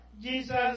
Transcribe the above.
Jesus